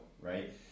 right